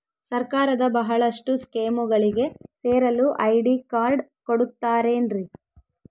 ಸರ್ಕಾರದ ಬಹಳಷ್ಟು ಸ್ಕೇಮುಗಳಿಗೆ ಸೇರಲು ಐ.ಡಿ ಕಾರ್ಡ್ ಕೊಡುತ್ತಾರೇನ್ರಿ?